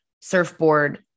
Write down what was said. surfboard